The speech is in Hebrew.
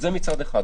זה מצד אחד.